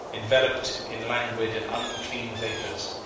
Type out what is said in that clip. enveloped in languid and unclean vapours,